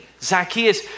Zacchaeus